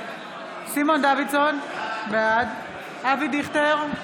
סימון דוידסון, בעד אבי דיכטר,